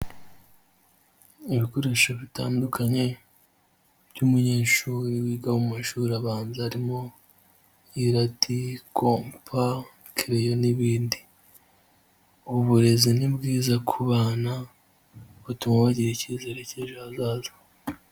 Ibikoresho bitandukanye by'umunyeshuri wiga mu mashuri abanza, harimo: irati, kopa, kereyo n'ibindi. Uburezi ni bwiza ku bana butuma bagira icyizere cy'ejo hazaza.